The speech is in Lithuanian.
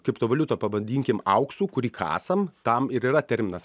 kriptovaliutą pavadinkim auksu kurį kasam tam ir yra terminas